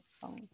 song